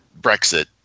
Brexit